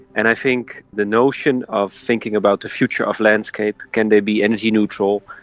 and i think the notion of thinking about the future of landscape can they be energy neutral,